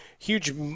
Huge